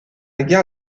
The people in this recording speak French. gare